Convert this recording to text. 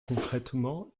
concrètement